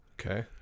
okay